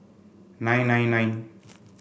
nine nine nine